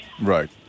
Right